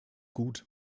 gut